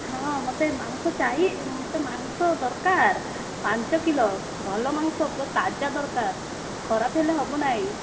ହଁ ମୋତେ ମାଂସ ଚାହିଁହେ ମୋତେ ମାଂସ ଦରକାର ପାଞ୍ଚ କିଲୋ ଭଲ ମାଂସ ପୁରା ତାଜା ଦରକାର ଖରାପ ହେଲେ ହେବ ନାହିଁ